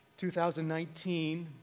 2019